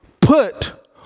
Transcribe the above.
put